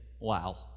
wow